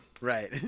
Right